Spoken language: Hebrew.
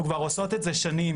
אנחנו כבר עושות את זה שנים.